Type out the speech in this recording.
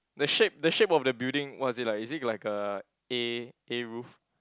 the shape the shape of the building what is it like is it like a A A roof